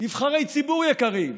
נבחרי ציבור יקרים,